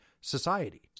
society